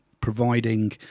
providing